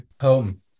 Home